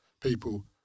people